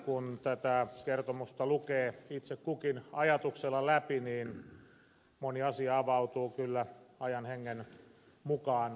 kun tätä kertomusta lukee itse kukin ajatuksella läpi niin moni asia avautuu kyllä ajan hengen mukaan avoimesti